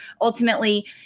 Ultimately